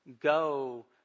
go